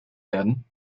werden